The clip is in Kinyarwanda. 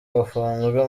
bafunzwe